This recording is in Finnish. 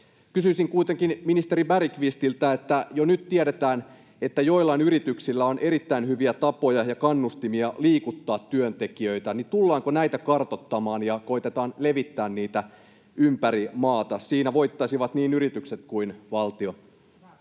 Kysyisin kuitenkin ministeri Bergqvistiltä: Jo nyt tiedetään, että joillain yrityksillä on erittäin hyviä tapoja ja kannustimia liikuttaa työntekijöitä. Tullaanko näitä kartoittamaan ja koettamaan levittää niitä ympäri maata? Siinä voittaisivat niin yritykset kuin valtio.